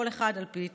כל אחד על פי צרכיו.